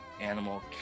Animal